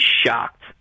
shocked